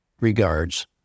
regards